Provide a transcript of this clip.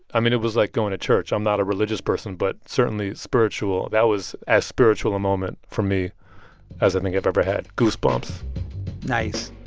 i mean, it was like going to church. i'm not a religious person but certainly spiritual. that was as spiritual a moment for me as i think i've ever had. goose bumps nice.